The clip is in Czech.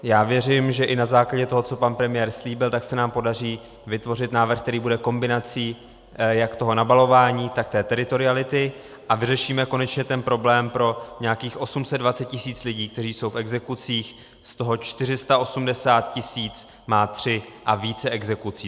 Já věřím, že i na základě toho, co pan premiér slíbil, se nám podaří vytvořit návrh, který bude kombinací jak toho nabalování, tak té teritoriality, a vyřešíme konečně ten problém pro nějakých 820 tisíc lidí, kteří jsou v exekucích, z toho 480 tisíc má tři a více exekucí.